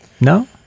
no